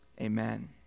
amen